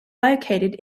located